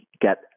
get